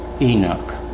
Enoch